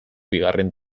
bigarren